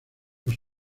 los